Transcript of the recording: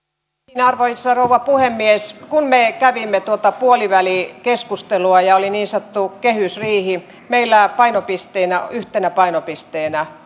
arvoisa rouva puhemies kun me kävimme tuota puolivälikeskustelua ja oli niin sanottu kehysriihi meillä yhtenä painopisteenä